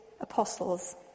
apostles